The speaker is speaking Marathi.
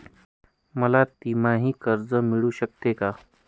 मला तिमाही कर्ज मिळू शकते का?